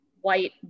white